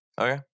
Okay